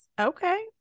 Okay